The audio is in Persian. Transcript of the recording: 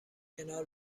کنار